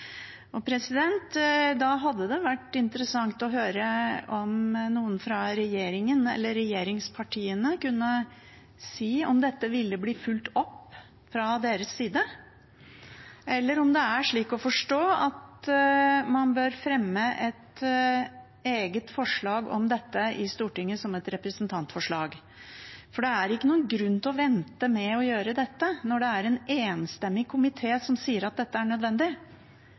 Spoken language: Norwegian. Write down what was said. Da hadde det vært interessant å høre om noen fra regjeringen eller regjeringspartiene kunne si om dette vil bli fulgt opp fra deres side, eller om det er slik å forstå at man bør fremme et eget forslag om dette i Stortinget som et representantforslag. For det er ingen grunn til å vente med å gjøre dette når det er en enstemmig komité som sier at dette er nødvendig.